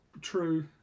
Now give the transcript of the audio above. True